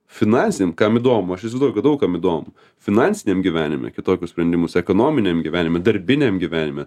finansiniam kam įdomu aš įsivaizduoju kad daug kam įdomu finansiniam gyvenime kitokius sprendimus ekonominiam gyvenime darbiniam gyvenime